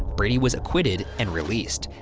brady was acquitted and released.